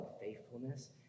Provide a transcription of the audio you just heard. faithfulness